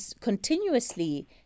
continuously